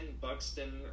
Buxton